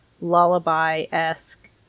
lullaby-esque